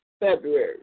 February